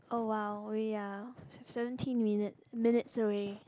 oh !wow! we are s~ seventeen minute minutes away